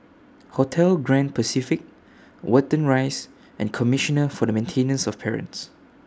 Hotel Grand Pacific Watten Rise and Commissioner For The Maintenance of Parents